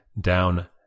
down